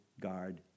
guard